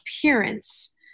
appearance